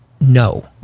No